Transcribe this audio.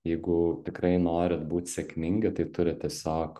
jeigu tikrai norit būt sėkmingi tai turit tiesiog